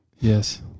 yes